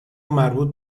مربوط